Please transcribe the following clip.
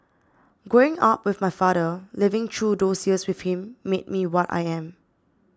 growing up with my father living through those years with him made me what I am